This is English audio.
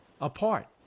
apart